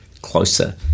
closer